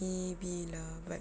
maybe lah but